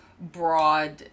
broad